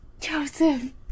Joseph